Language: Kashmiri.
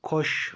خۄش